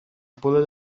pulled